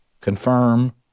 confirm